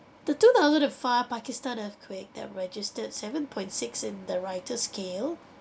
the two thousand and five pakistan earthquake that registered seven point six in the richter scale